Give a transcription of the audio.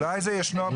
אולי זה ישנו,